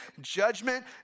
judgment